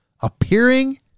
appearing